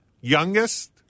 youngest